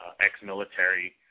ex-military